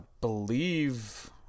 believe